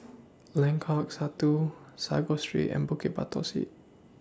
Lengkok Satu Sago Street and Bukit Batok Say